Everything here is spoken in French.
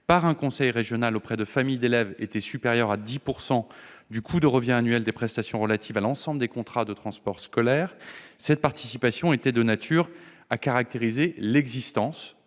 par un conseil régional auprès de familles d'élèves était supérieure à 10 % du coût de revient annuel des prestations relatives à l'ensemble des contrats de transports scolaires, cette participation était de nature à caractériser l'existence